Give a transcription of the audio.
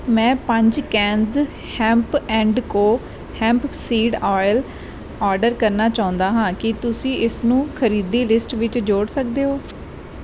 ਮੈਂ ਪੰਜ cans hemp and co hemp seed oil order ਕਰਨਾ ਚਾਉਂਦਾ ਹਾਂ ਕੀ ਤੁਸੀਂ ਇਸਨੂੰ ਖਰੀਦੀ ਲਿਸਟ ਵਿੱਚ ਜੋੜ ਸਕਦੇ ਹੋ